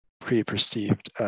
pre-perceived